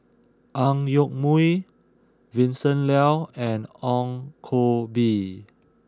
Ang Yoke Mooi Vincent Leow and Ong Koh Bee